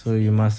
speak lah